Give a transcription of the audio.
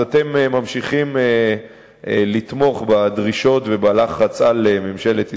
אתם ממשיכים לתמוך בדרישות ובלחץ על ממשלת ישראל,